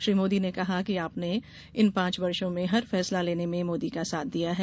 श्री मोदी ने कहा कि आपने इन पांच वर्षो में हर फैसला लेने में मोदी का साथ दिया है